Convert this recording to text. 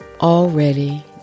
already